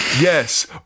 Yes